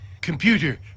Computer